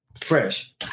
Fresh